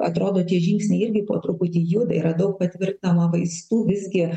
atrodo tie žingsniai irgi po truputį juda yra daug patvirtinama vaistų visgi